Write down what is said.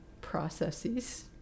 processes